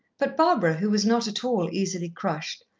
but barbara, who was not at all easily crushed,